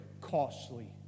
costly